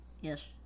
Yes